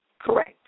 correct